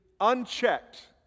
unchecked